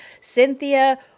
Cynthia